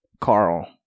carl